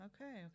Okay